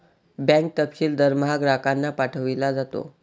bank तपशील दरमहा ग्राहकांना पाठविला जातो